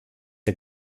der